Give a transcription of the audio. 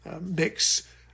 mix